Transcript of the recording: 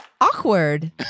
awkward